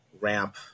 ramp